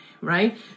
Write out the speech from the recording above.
right